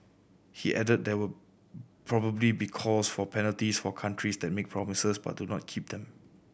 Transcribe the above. he added there will probably be calls for penalties for countries that make promises but do not keep them